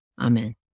Amen